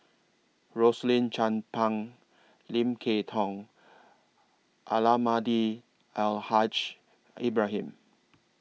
Rosaline Chan Pang Lim Kay Tong Almahdi Al Haj Ibrahim